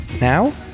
now